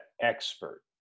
expert